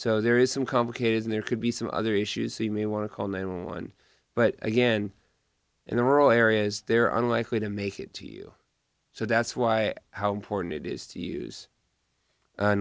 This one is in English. so there is some complicated and there could be some other issues see me want to call nine one but again in the rural areas there are unlikely to make it to you so that's why how important it is to use